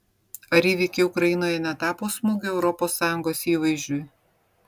ar įvykiai ukrainoje netapo smūgiu europos sąjungos įvaizdžiui